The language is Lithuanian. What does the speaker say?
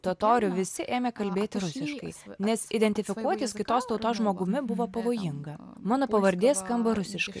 totorių visi ėmė kalbėti rusiškai nes identifikuotis kitos tautos žmogumi buvo pavojinga mano pavardė skamba rusiškai